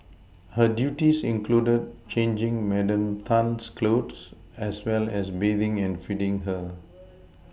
her duties included changing Madam Tan's clothes as well as bathing and feeding her